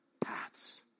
paths